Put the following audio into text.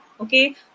Okay